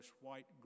white